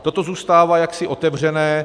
Toto zůstává jaksi otevřené.